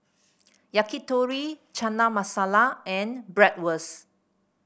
Yakitori Chana Masala and Bratwurst